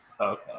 okay